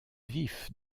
vif